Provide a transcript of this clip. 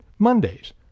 Mondays